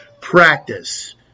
practice